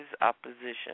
opposition